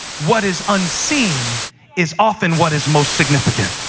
what is unseen is often what is most significant.